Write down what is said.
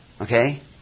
Okay